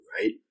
right